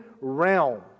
realm